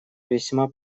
весьма